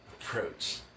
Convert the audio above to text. approach